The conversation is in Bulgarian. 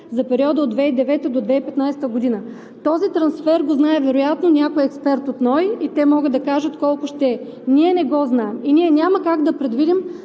за периода от 2009-а до 2015 г. Този трансфер го знае вероятно някой експерт от НОИ и те могат да кажат колко ще е. Ние не го знаем и няма как да предвидим